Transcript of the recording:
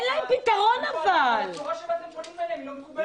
הצורה בה אתם פונים אליה, היא לא מקובלת.